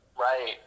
Right